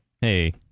Hey